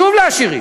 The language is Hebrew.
שוב לעשירים.